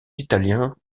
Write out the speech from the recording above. italiens